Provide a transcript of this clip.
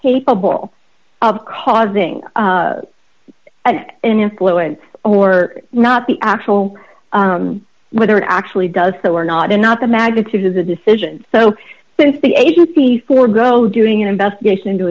capable of causing an influence or not the actual whether it actually does so or not in not the magnitude of the decision so since the agency forgo doing an investigation into